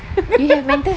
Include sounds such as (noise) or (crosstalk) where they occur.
(laughs)